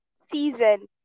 season